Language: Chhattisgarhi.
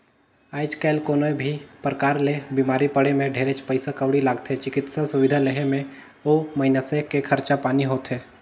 आयज कायल कोनो भी परकार ले बिमारी पड़े मे ढेरेच पइसा कउड़ी लागथे, चिकित्सा सुबिधा लेहे मे ओ मइनसे के खरचा पानी होथे